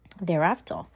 Thereafter